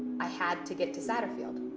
i had to get to satterfield.